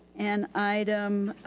and item